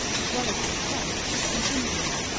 as well as success, in india,